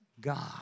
God